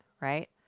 right